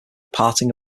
parting